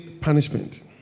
punishment